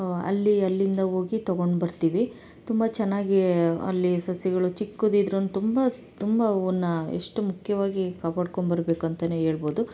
ಅಲ್ಲಿ ಅಲ್ಲಿಂದ ಹೋಗಿ ತೊಗೊಂಡು ಬರ್ತೀವಿ ತುಂಬ ಚೆನ್ನಾಗಿ ಅಲ್ಲಿ ಸಸಿಗಳು ಚಿಕ್ಕುದಿದ್ರೂ ತುಂಬ ತುಂಬ ಹೂವನ್ನ ಎಷ್ಟು ಮುಖ್ಯವಾಗಿ ಕಾಪಾಡ್ಕೊಂಬರ್ಬೇಕು ಅಂತನೇ ಹೇಳ್ಬೋದು